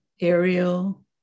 Ariel